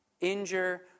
injure